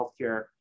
healthcare